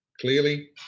clearly